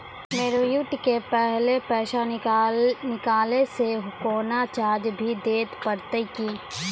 Maturity के पहले पैसा निकालै से कोनो चार्ज भी देत परतै की?